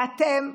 ואתם,